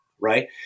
Right